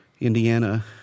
Indiana